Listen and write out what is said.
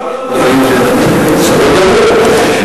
בסדר גמור.